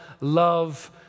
love